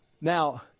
Now